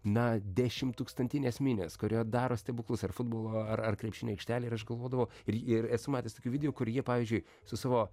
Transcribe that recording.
na dešimtūkstantinės minios kurioje daro stebuklus ar futbolo ar ar krepšinio aikštelėj ir aš galvodavau ir ir esu matęs tokių video kur jie pavyzdžiui su savo